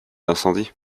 d’incendie